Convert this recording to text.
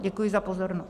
Děkuji za pozornost.